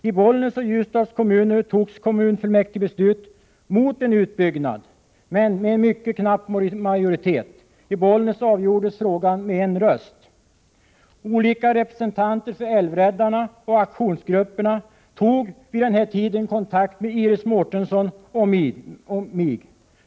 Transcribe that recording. I Bollnäs och Ljusdals kommuner togs kommunfullmäktigebeslut mot en utbyggnad hen med en mycket knapp majoritet. I Bollnäs avgjordes frågan med 1 röst. Olika representanter för älvräddarna och aktionsgrupperna tog vid den här tiden kontakt med Iris Mårtensson och mig.